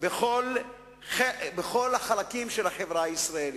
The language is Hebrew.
לכל החלקים של החברה הישראלית.